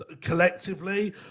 collectively